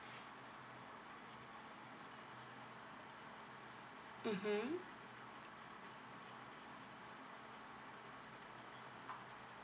mmhmm